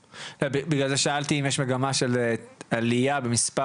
בגלל זה שאלתי אם יש מגמה של עלייה במספר